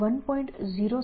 તમે PDDL 1